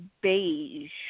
beige